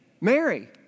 Mary